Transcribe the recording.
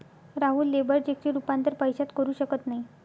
Rahul labour चेकचे रूपांतर पैशात करू शकत नाही